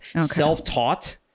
Self-taught